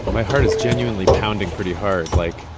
my heart is genuinely pounding pretty hard. like,